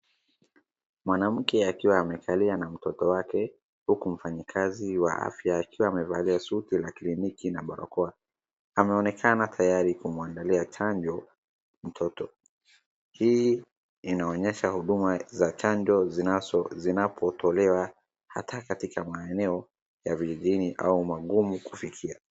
Mwanamke akiwa amekalia na mtoto wake huku mfanyikazi wa afya akiwa amevalia suti la kliniki na barakoa ameonekana tayari kumwandalia chanjo mtoto hii inaonyesha huduma za chanjo zinapotolewa hata katika maeneo ya vijijini au magumu kufikia.